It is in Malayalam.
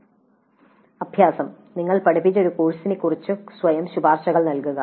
അഭ്യാസം നിങ്ങൾ പഠിപ്പിച്ച ഒരു കോഴ്സിനെക്കുറിച്ച് സ്വയം ശുപാർശകൾ നൽകുക